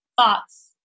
thoughts